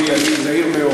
מאיר ידידי, אני זהיר מאוד.